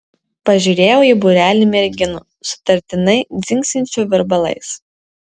pažiūrėjau į būrelį merginų sutartinai dzingsinčių virbalais